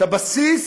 את הבסיס